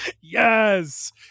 Yes